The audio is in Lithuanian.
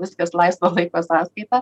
viskas laisvo laiko sąskaita